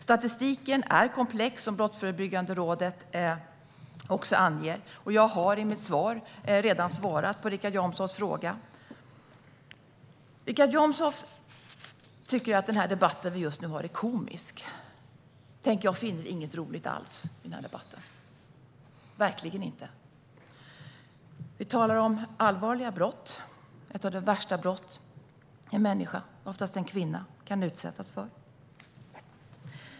Statistiken är komplex, som Brottsförebyggande rådet också anger, och jag har redan svarat på Richard Jomshofs fråga. Richard Jomshof tycker att den här debatten som vi just nu har är komisk. Tänk, jag finner inget roligt alls i den här debatten. Verkligen inte. Vi talar om allvarliga brott, ett av de värsta brott som en människa, oftast en kvinna, kan utsättas för.